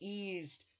eased